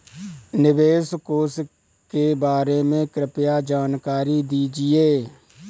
निवेश कोष के बारे में कृपया जानकारी दीजिए